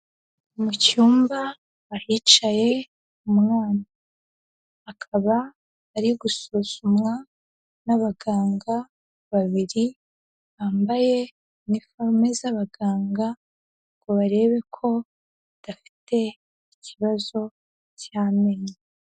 Mu cyumba ahicaye umwana, akaba ari gusuzumwa n'abaganga babiri, bambaye iniforome z'abaganga ngo barebe ko adafite ikibazo cy'amenyo.